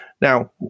Now